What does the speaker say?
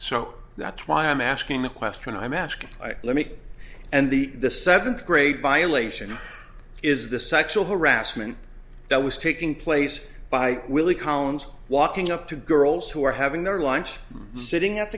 so that's why i'm asking the question i'm asking let me and the the seventh grade violation is the sexual harassment that was taking place by willie collins walking up to girls who are having their lunch sitting at